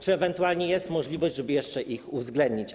Czy ewentualnie jest możliwość, żeby ją jeszcze uwzględnić?